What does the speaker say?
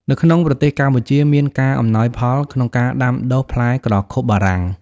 នៅក្នុងប្រទេសកម្ពុជាមានការ អំណោយផលក្នុងការដាំដុះ ផ្លែក្រខុបបារាំង។